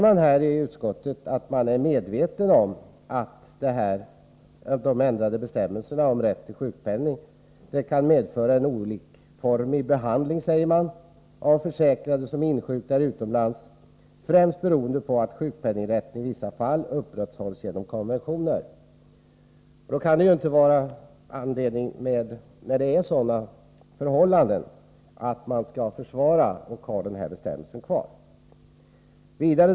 Man säger i utskottet att man är medveten om att de ändrade bestämmelserna om rätt till sjukpenning vid utlandsvistelse kan medföra en olikformig behandling av försäkrade som insjuknar utomlands, främst beroende på att sjukpenningrätten i vissa fall upprätthålls genom konventioner. När förhållandena är sådana kan det inte finnas anledning att försvara att den här bestämmelsen skall vara kvar.